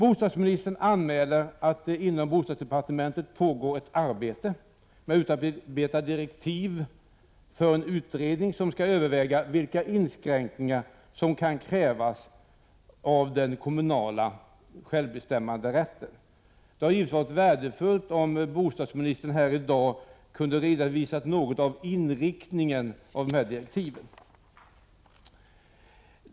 Bostadsministern anmäler att det inom bostadsdepartementet pågår ett arbete med att utarbeta direktiv för en utredning som skall överväga vilka inskränkningar i den kommunala självbestämmanderätten som kan krävas. Det hade givetvis varit värdefullt om bostadsministern i dag hade kunnat redovisa något av inriktningen på direktiven.